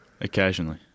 Occasionally